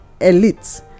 elites